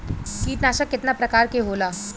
कीटनाशक केतना प्रकार के होला?